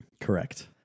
Correct